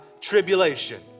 tribulation